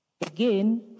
Again